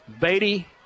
Beatty